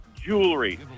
jewelry